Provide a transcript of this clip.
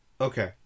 Okay